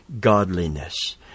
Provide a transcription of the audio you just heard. godliness